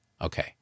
okay